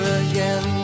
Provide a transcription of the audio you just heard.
again